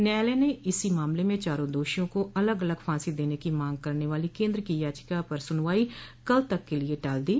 न्यायालय ने इसी मामले में चारों दोषियों को अलग अलग फांसी देने की मांग करने वाली केंद्र की याचिका पर सुनवाई कल तक के लिए टाल दी